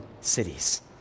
cities